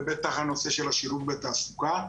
ובטח לנושא של השילוב בתעסוקה.